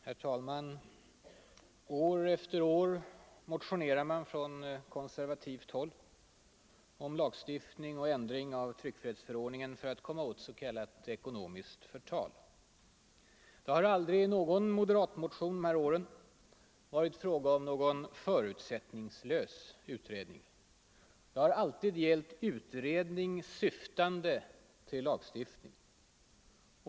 Herr talman! År efter år motionerar man från konservativt håll om lagstiftning och ändring av tryckfrihetsförordningen för att komma åt s.k. ekonomiskt förtal. Det har aldrig i någon moderatmotion de här åren varit fråga om någon ”förutsättningslös” utredning. Det har alltid gällt ”utredning syftande till lagstiftning”.